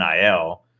NIL